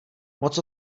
moc